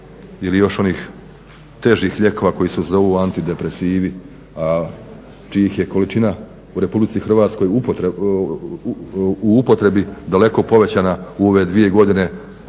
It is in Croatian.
ili još onih težih lijekova koji se zovu antidepresivi, a čija ih je količina u upotrebi u Hrvatskoj daleko povećana u ove dvije godine